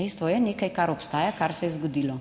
Dejstvo je nekaj, kar obstaja, kar se je zgodilo.